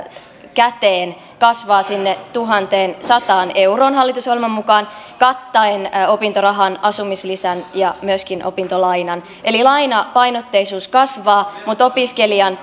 käteen kasvaa sinne tuhanteensataan euroon hallitusohjelman mukaan kattaen opintorahan asumislisän ja myöskin opintolainan lainapainotteisuus kasvaa mutta opiskelijan